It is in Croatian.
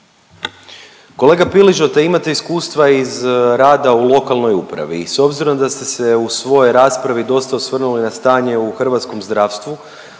Kolega Piližota ima iskustva rada u lokalnoj upravi i s obzirom da ste se u svojoj raspravi dosta osvrnuli na stanje u hrvatskom zdravstvu,